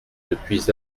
depuis